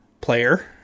player